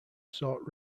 sought